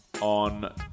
on